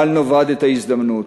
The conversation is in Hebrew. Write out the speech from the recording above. בל נאבד את ההזדמנות.